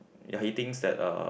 ya he thinks that uh